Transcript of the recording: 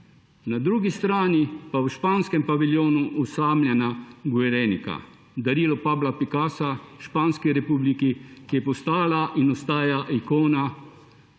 na drugi strani pa v španskem paviljonu osamljena Guernica, darilo Pabla Picassa španski republiki, ki je postala in ostaja ikona